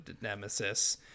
nemesis